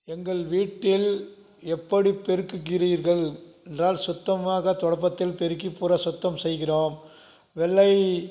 எங்கள் வீட்டில் எப்படி பெருக்குகிறீர்கள் என்றால் சுத்தமாக துடைப்பத்தில் பெருக்கி பூரா சுத்தம் செய்கிறோம் வெள்ளை